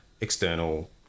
external